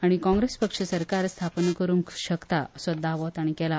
आनी काँग्रेस पक्ष सरकार स्थापन करूंक शकता असो दावो तांणी केला